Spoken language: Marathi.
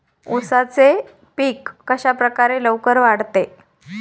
उसाचे पीक कशाप्रकारे लवकर वाढते?